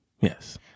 Yes